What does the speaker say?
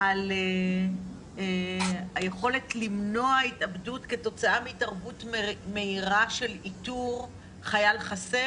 על היכולת למנוע התאבדות כתוצאה מהתערבות מהירה של איתור חייל חסר?